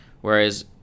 whereas